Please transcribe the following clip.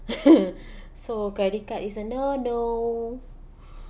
so credit card is a no no